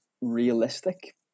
realistic